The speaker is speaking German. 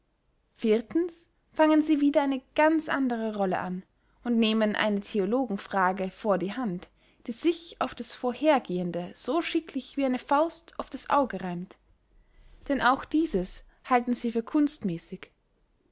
viertens fangen sie wieder eine ganz andere rolle an und nehmen eine theologalfrage vor die hand die sich auf das vorhergehende so schicklich wie eine faust auf das auge reimt denn auch dieses halten sie für kunstmässig